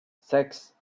sechs